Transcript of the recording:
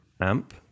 amp